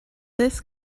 this